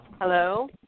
Hello